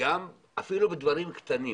אפילו בדברים קטנים